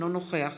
אינו נוכח